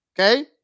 Okay